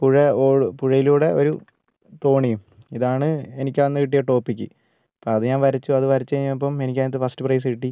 പുഴ പുഴയിലൂടെ ഒരു തോണിയും ഇതാണ് എനിക്കന്ന് കിട്ടിയ ടോപ്പിക്ക് അപ്പോൾ അത് ഞാൻ വരച്ചു അത് വരച്ച് കഴിഞ്ഞപ്പം എനിക്കതിനകത്ത് ഫസ്റ്റ് പ്രൈസ് കിട്ടി